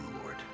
Lord